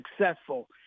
successful